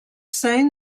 saying